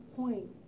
point